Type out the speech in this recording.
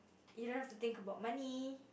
you don't have to think about money